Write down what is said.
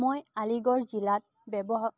মই আলিগড় জিলাত ব্যৱ